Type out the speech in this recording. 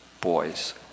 boys